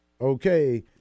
Okay